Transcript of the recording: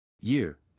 Year